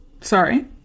Sorry